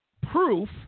proof